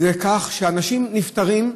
היא שאנשים נפטרים,